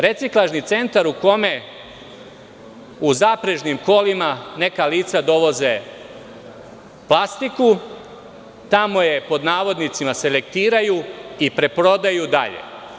Reciklažni centar u kome u zaprežnim kolima neka lica dovoze plastiku, tamo je pod navodnicima selektiraju i preprodaju dalje.